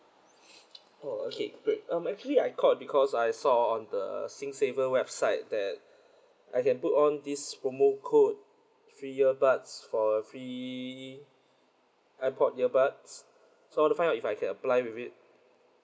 oh okay great um actually I called because I saw on the singsaver website that I can put on this promo code free earbuds for free airpod earbuds so I want to find out if I can apply with it